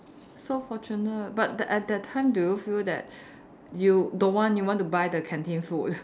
so fortunate but that at that time do you feel that you don't want you want to buy the canteen food